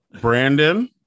brandon